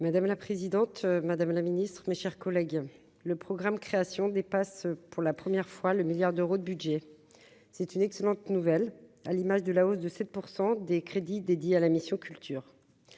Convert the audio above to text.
Madame la présidente, Madame la Ministre, mes chers collègues, le programme Création dépasse pour la première fois le milliard d'euros de budget c'est une excellente nouvelle, à l'image de la hausse de 7 % des crédits dédiés à la mission Culture